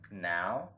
now